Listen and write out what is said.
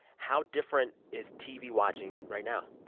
how different is tv-watching right now?